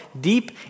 deep